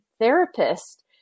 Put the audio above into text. therapist